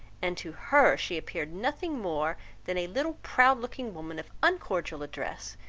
and to her she appeared nothing more than a little proud-looking woman of uncordial address,